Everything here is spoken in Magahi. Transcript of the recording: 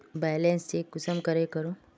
बैलेंस चेक कुंसम करे करूम?